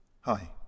Hi